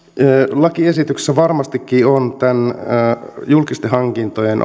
lakiesityksessä varmastikin on julkisten hankintojen